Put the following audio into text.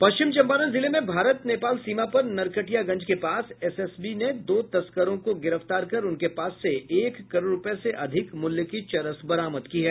पश्चिम चंपारण जिले में भारत नेपाल सीमा पर नरकटियागंज के पास एसएसबी ने दो तस्करों को गिरफ्तार कर उनके पास से एक करोड़ रूपये से अधिक मूल्य की चरस बरामद की है